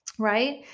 Right